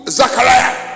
zachariah